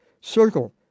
Circle